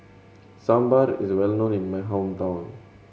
sambar is well known in my hometown